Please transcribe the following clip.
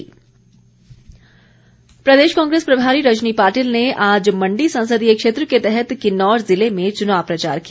रजनी कांग्रेस प्रदेश कांग्रेस प्रभारी रजनी पाटिल ने आज मण्डी संसदीय क्षेत्र के तहत किन्नौर ज़िले में चुनाव प्रचार किया